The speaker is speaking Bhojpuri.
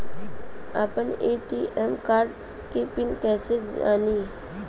आपन ए.टी.एम कार्ड के पिन कईसे जानी?